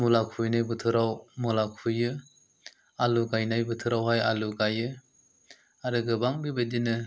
मुला खुबैनाय बोथोराव मुला खुबैयो आलु गायनाय बोथोरावहाय आलु गाइयो आरो गोबां बेबादिनो